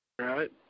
Right